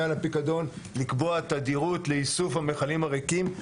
על הפיקדון לקבוע תדירות לאיסוף המכלים הריקים,